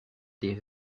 des